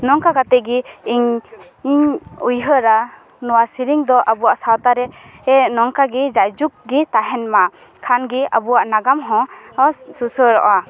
ᱱᱚᱝᱠᱟ ᱠᱟᱛᱮᱫ ᱜᱮ ᱤᱧ ᱤᱧ ᱩᱭᱦᱟᱹᱨᱟ ᱱᱚᱣᱟ ᱥᱮᱨᱮᱧ ᱫᱚ ᱟᱵᱚᱣᱟᱜ ᱥᱟᱶᱛᱟ ᱨᱮ ᱡᱟᱭ ᱡᱩᱜᱽ ᱜᱮ ᱛᱟᱦᱮᱱ ᱢᱟ ᱠᱷᱟᱱ ᱜᱮ ᱟᱵᱚᱣᱟᱜ ᱱᱟᱜᱟᱢ ᱦᱚᱸ ᱦᱚᱸ ᱥᱩᱥᱟᱹᱨᱚᱜᱼᱟ